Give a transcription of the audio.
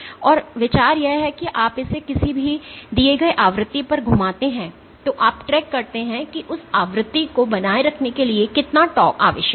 और विचार यह है कि आप इसे किसी दिए गए आवृत्ति पर घुमाते हैं और आप ट्रैक करते हैं कि उस आवृत्ति को बनाए रखने के लिए कितना torque आवश्यक है